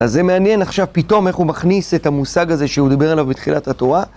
אז זה מעניין עכשיו פתאום איך הוא מכניס את המושג הזה שהוא דיבר עליו בתחילת התורה.